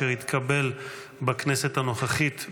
אשר התקבל בכנסת הנוכחית,